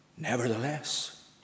Nevertheless